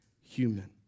human